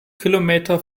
kilometer